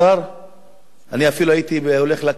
אני אפילו הייתי הולך לקטיף במשקים,